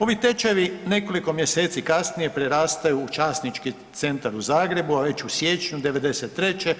Ovi tečajevi nekoliko mjeseci kasnije prerastaju u Časnički centar u Zagrebu, a već u siječnju '93.